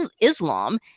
Islam